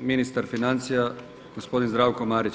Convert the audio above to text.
ministar financija gospodin Zdravko Marić.